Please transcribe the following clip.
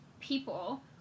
people